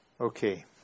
Okay